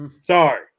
Sorry